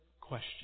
question